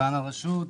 תקציבן הרשות,